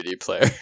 player